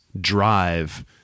drive